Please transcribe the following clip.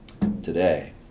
Today